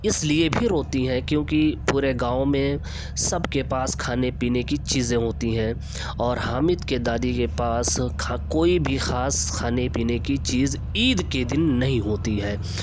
اس لیے بھی روتی ہیں كیونكہ پورے گاؤں میں سب كے پاس كھانے پینے کی چیزیں ہوتی ہیں اور حامد کی دادی کے پاس کوئی بھی خاص کھانے پینے کی چیز عید کے دن نہیں ہوتی ہے